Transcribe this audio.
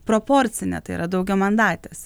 proporcinė tai yra daugiamandatė